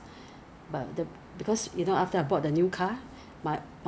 shipping fees 都 cost 五十四块 shipping fee is more expensive than my product